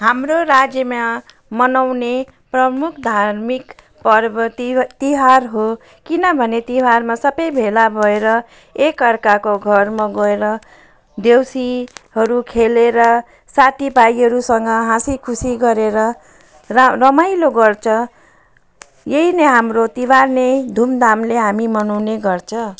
हाम्रो राज्यमा मनाउने प्रमुख धार्मिक पर्व तिहा तिहार हो किनभने तिहारमा सबै भेला भएर एकाअर्काको घरमा गएर देउसीहरू खेलेर साथीभाइहरूसँग हाँसीखुसी गरेर र रमाइलो गर्छ यही नै हाम्रो तिहार नै धुमधामले हामी मनाउने गर्छौँ